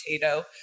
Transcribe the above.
potato